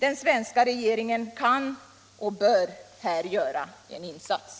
Den svenska regeringen kan och bör här göra en insats.